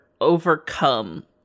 overcome